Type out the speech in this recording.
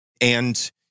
And-